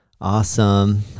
Awesome